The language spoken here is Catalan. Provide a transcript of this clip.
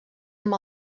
amb